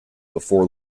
before